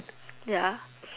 ya